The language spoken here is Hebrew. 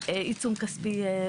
עיצום כספי.